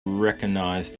recognized